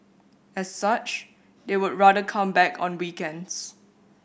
as such they would rather come back on weekends